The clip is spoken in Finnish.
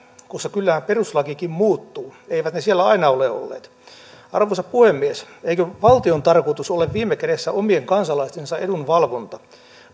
kyllähän perustuslakikin muuttuu eivät ne siellä aina ole olleet arvoisa puhemies eikö valtion tarkoitus ole viime kädessä omien kansalaistensa edun valvonta